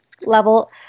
level